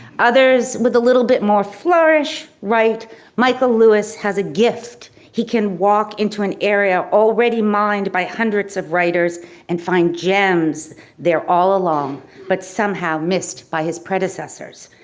others with a little bit more flourish write michael lewis has a gift. he can walk into an area already mined by hundreds of writers and find gems there all along but somehow missed by his predecessors.